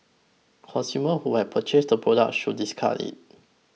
consumers who have purchased the product should discard it